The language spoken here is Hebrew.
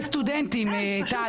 יש סטודנטים, טל.